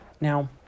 Now